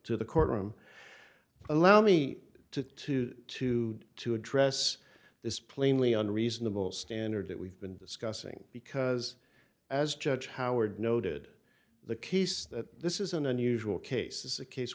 to the courtroom allow me to to to to address this plainly on reasonable standard that we've been discussing because as judge howard noted the case that this is an unusual case is a case